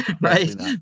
right